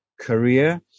career